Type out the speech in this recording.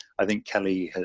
i think, kelly.